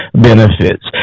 benefits